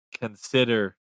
consider